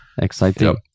Exciting